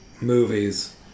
movies